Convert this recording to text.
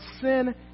sin